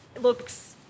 looks